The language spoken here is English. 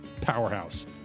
powerhouse